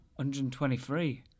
123